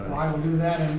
i will do that.